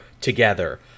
together